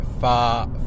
far